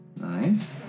Nice